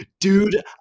dude